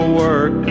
work